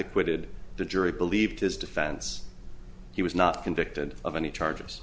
acquitted the jury believed his defense he was not convicted of any charge